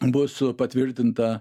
bus patvirtinta